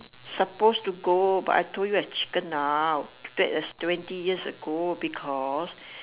suppose to go but I told you I chicken out that was twenty years ago because